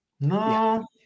no